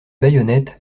baïonnettes